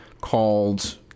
called